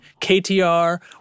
KTR